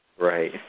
right